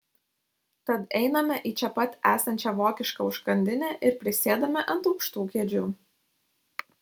tad einame į čia pat esančią vokišką užkandinę ir prisėdame ant aukštų kėdžių